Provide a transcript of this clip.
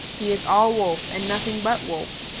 he is all wolf and nothing but wolf.